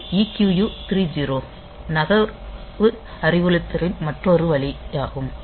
இது EQU 30 நகர்வு அறிவுறுத்தலின் மற்றொரு வழியாகும்